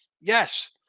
Yes